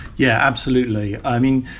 yeah, absolutely. i mean,